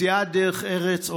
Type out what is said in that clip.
סיעת דרך ארץ,